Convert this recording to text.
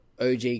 OG